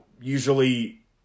usually